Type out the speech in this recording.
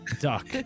duck